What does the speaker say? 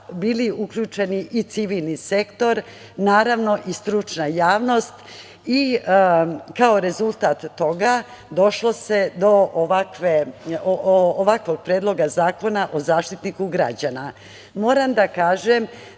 bio uključeni i civilni sektor, naravno, i stručna javnost i kao rezultat toga došlo se do ovakvog Predloga zakona o Zaštitniku građana. Moram da kažem